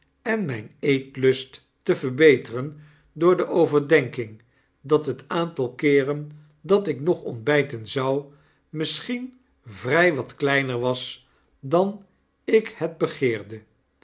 en myn eetlust te verbeteren door de overdenking dat het aantal keeren dat ik nog ontbyten zou misschien vry wat kleiner was dan ik het begeerde